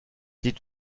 lied